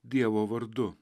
dievo vardu